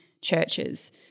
churches